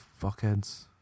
fuckheads